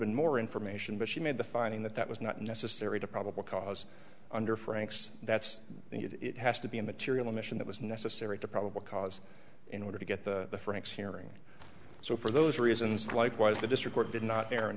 been more information but she made the finding that that was not necessary to probable cause under franks that's it has to be a material mission that was necessary to probable cause in order to get the franks hearing so for those reasons likewise the district did not a